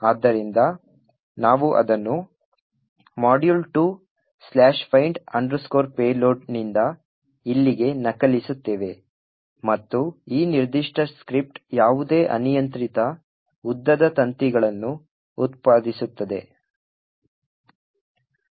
ಆದ್ದರಿಂದ ನಾವು ಅದನ್ನು module2find payload ನಿಂದ ಇಲ್ಲಿಗೆ ನಕಲಿಸುತ್ತೇವೆ ಮತ್ತು ಈ ನಿರ್ದಿಷ್ಟ ಸ್ಕ್ರಿಪ್ಟ್ ಯಾವುದೇ ಅನಿಯಂತ್ರಿತ ಉದ್ದದ ತಂತಿಗಳನ್ನು ಉತ್ಪಾದಿಸುತ್ತದೆ